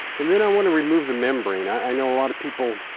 and then i want to remove the membrane. i know a lot of people